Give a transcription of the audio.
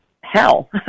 hell